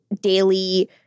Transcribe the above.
daily